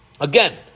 Again